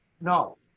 no